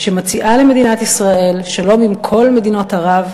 שמציעה למדינת ישראל שלום עם כל מדינות ערב,